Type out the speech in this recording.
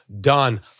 done